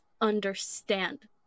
understand